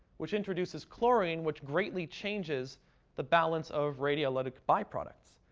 which introduces chlorine, which greatly changes the balance of radiolytic byproducts.